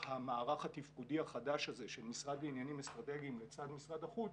המערך התפקודי החדש הזה של המשרד לעניינים אסטרטגיים לצד משרד החוץ